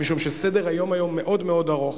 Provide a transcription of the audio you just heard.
משום שסדר-היום מאוד מאוד ארוך.